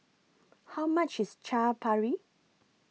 How much IS Chaat Papri